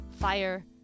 fire